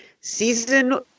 Season